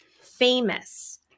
famous